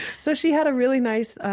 so she had a really nice,